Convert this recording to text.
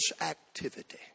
activity